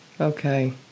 Okay